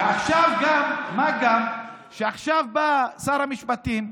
מה גם שעכשיו בא שר המשפטים,